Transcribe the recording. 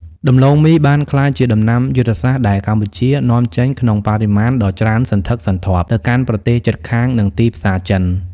ដំឡូងមីបានក្លាយជាដំណាំយុទ្ធសាស្ត្រដែលកម្ពុជានាំចេញក្នុងបរិមាណដ៏ច្រើនសន្ធឹកសន្ធាប់ទៅកាន់ប្រទេសជិតខាង និងទីផ្សារចិន។